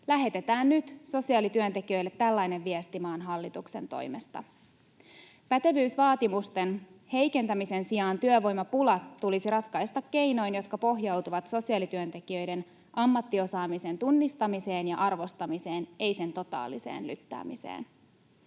lähetetään nyt sosiaalityöntekijöille tällainen viesti maan hallituksen toimesta. Pätevyysvaatimusten heikentämisen sijaan työvoimapula tulisi ratkaista keinoin, jotka pohjautuvat sosiaalityöntekijöiden ammattiosaamisen tunnistamiseen ja arvostamiseen, eivät sen totaaliseen lyttäämiseen.